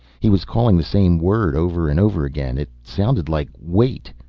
he was calling the same word over and over again. it sounded like wait,